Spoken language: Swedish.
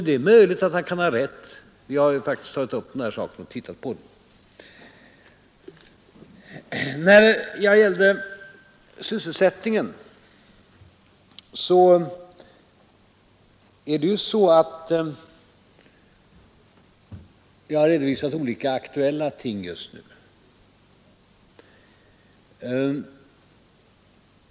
Det är möjligt att han kan ha rätt; vi har faktiskt tagit upp den här saken och tittat på den. Beträffande sysselsättningen har vi redovisat olika frågor som är aktuella just nu.